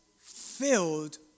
filled